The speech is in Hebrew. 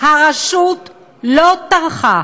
הרשות לא טרחה